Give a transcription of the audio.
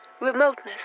remoteness